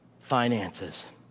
finances